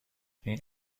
این